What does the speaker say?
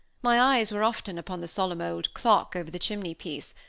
my eyes were often upon the solemn old clock over the chimney-piece,